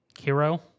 hero